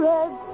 Red